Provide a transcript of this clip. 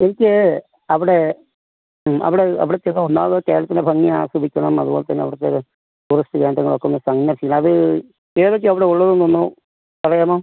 എനിക്ക് അവിടെ അവിടെ അവിടെ ചെന്നാൽ ഒന്നാമത് കേരളത്തിൻ്റെ ഭംഗി ആസ്വദിക്കണം അതുപോലെ തന്നെ അവിടത്തേത് ടൂറിസ്റ്റ് കേന്ദ്രങ്ങൾ ഒക്കെ ഒന്ന് സന്ദർശിക്കണം അത് ഏതൊക്കെയാണ് അവിടെ ഉള്ളതെന്ന് ഒന്നു പറയാമോ